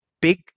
big